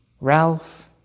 Ralph